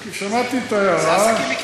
כי שמעתי את ההערה.